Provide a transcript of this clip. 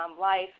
life